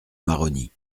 maroni